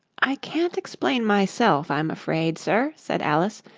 i can't explain myself, i'm afraid, sir' said alice,